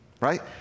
Right